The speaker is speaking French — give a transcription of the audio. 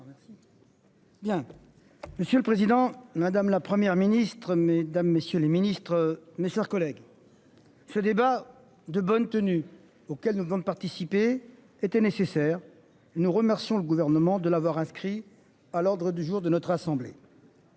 Bien. Monsieur le président, madame, la Première ministre, mesdames, messieurs les ministres, mes soeurs collègues. Ce débat de bonne tenue auquel nous demande de participer, était nécessaire. Nous remercions le gouvernement de l'avoir inscrit à l'ordre du jour de notre assemblée.--